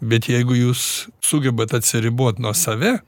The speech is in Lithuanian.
bet jeigu jūs sugebat atsiribot nuo save